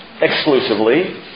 Exclusively